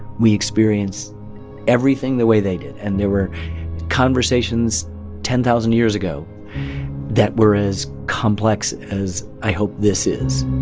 we experience everything the way they did, and there were conversations ten thousand years ago that were as complex as i hope this is